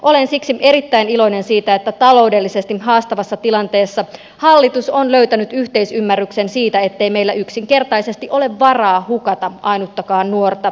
olen siksi erittäin iloinen siitä että taloudellisesti haastavassa tilanteessa hallitus on löytänyt yhteisymmärryksen siitä ettei meillä yksinkertaisesti ole varaa hukata ainuttakaan nuorta